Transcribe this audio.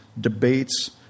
debates